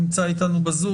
נמצא איתנו בזום,